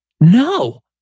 No